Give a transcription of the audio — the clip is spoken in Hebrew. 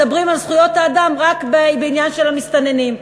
מדברים על זכויות האדם רק בעניין של המסתננים.